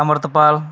Amritpal